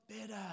better